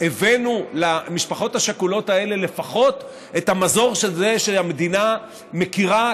הבאנו למשפחות השכולות האלה לפחות את המזור בזה שהמדינה מכירה,